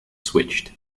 switched